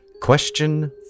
Question